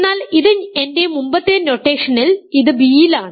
എന്നാൽ ഇത് എന്റെ മുമ്പത്തെ നൊട്ടേഷനിൽ ഇത് ബിയിലാണ്